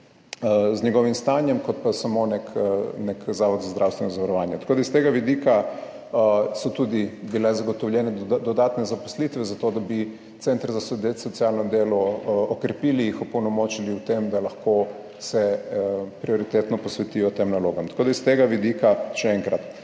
z njegovim stanjem, kot pa samo nek, nek zavod za zdravstveno zavarovanje. Tako da s tega vidika so tudi bile zagotovljene dodatne zaposlitve za to, da bi centri za socialno delo okrepili, jih opolnomočili v tem, da lahko se prioritetno posvetijo tem nalogam. Tako da s tega vidika še enkrat.